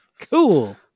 Cool